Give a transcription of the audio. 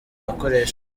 akoreshwa